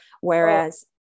whereas